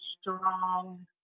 strong